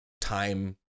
time